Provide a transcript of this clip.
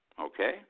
okay